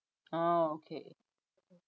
oh okay